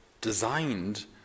designed